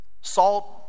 salt